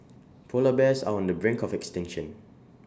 Polar Bears are on the brink of extinction